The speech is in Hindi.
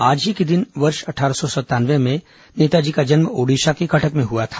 आज ही के दिन वर्ष अट्ठारह सौ संतानवे में नेताजी का जन्म ओडिशा के कटक में हुआ था